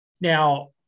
Now